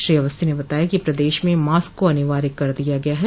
श्री अवस्थी ने बताया कि प्रदेश में मास्क को अनिवार्य कर दिया गया है